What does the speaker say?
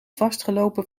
vastgelopen